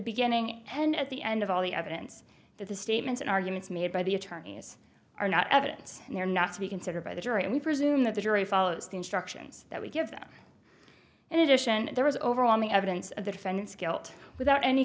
beginning and at the end of all the evidence that the statements and arguments made by the attorneys are not evidence and they're not to be considered by the jury and we presume that the jury follows the instructions that we give them and edition there was overwhelming evidence of the defendant's guilt without any